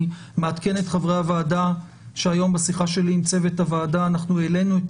ואני מעדכן את חברי הוועדה שהיום בשיחה שלי עם צוות הוועדה העלינו את